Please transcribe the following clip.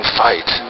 fight